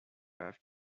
have